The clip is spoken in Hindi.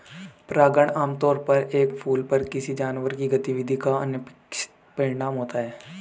परागण आमतौर पर एक फूल पर किसी जानवर की गतिविधि का अनपेक्षित परिणाम होता है